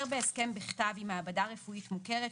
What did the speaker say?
בהסכם בכתב עם מעבדה רפואית מוכרת,